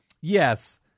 Yes